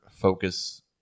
focus